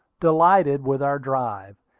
delighted with our drive,